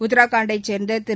உத்தரகாண்டை சேர்ந்த திரு